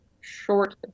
short